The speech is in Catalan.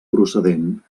procedent